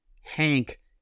Hank